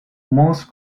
most